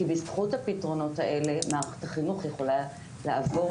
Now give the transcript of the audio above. כי בזכות הפתרונות האלה מערכת החינוך יכולה לעבור